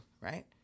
right